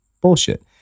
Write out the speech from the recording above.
bullshit